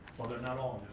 well, they're not all